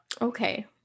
Okay